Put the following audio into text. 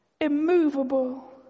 immovable